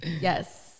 Yes